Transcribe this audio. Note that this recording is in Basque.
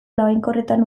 labainkorretan